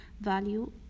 value